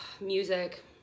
music